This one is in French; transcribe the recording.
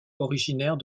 originaire